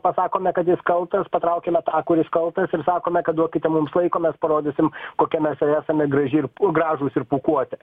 pasakome kad jis kaltas patraukiame tą kuris kaltas ir sakome kad duokite mums laiko mes parodysim kokia mes jau esame graži ir gražūs ir pūkuoti